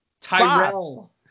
Tyrell